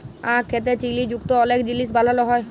আখ থ্যাকে চিলি যুক্ত অলেক জিলিস বালালো হ্যয়